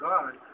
God